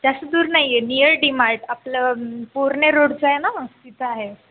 जास्त दूर नाही आहे नियर डीमार्ट आपलं पुरने रोडचं आहे ना तिथं आहे